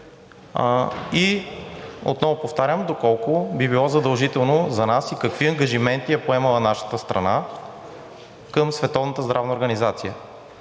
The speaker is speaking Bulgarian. Отново повтарям: доколко би било задължително за нас? Какви ангажименти е поемала нашата страна към